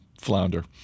flounder